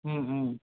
ம் ம்